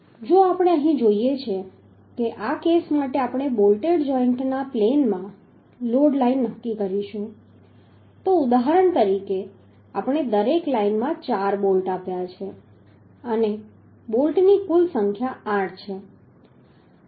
જો આપણે અહીં જોઈએ કે આ કેસ માટે આપણે બોલ્ટેડ જોઈન્ટના પ્લેનમાં લોડ લાઇન નક્કી કરીશું તો અહીં ઉદાહરણ તરીકે આપણે દરેક લાઇનમાં ચાર બોલ્ટ આપ્યા છે અને બોલ્ટની કુલ સંખ્યા 8 છે